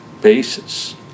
basis